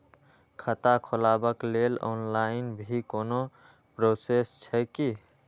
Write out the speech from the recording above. खाता खोलाबक लेल ऑनलाईन भी कोनो प्रोसेस छै की?